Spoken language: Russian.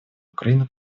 украина